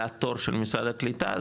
לתור של משרד הקליטה,